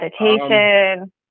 meditation